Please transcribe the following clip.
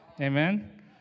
Amen